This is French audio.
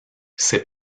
ses